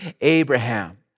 Abraham